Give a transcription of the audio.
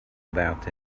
about